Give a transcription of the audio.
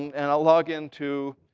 and i'll login to